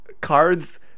cards